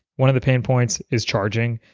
one of the pain points is charging,